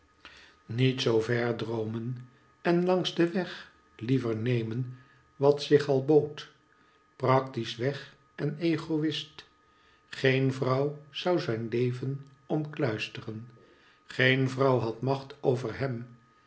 niet zoo ver droomen en iangs den weg hever nemen wat zich al bood praktiesch weg en egoist geen vrouw zou zijn leven omkluisteren geen vrouw had macht over hem